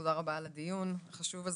תודה רבה על הדיון החשוב הזה.